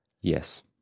Yes